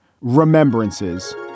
Remembrances